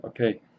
okay